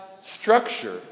structure